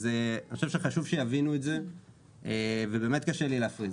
אז אני חושב שחשוב שיבינו את זה ובאמת קשה לי להפריד,